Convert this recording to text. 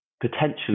potentially